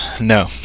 no